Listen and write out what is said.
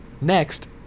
Next